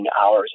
hours